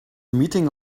meeting